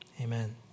amen